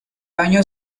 año